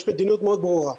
יש מדיניות מאוד ברורה.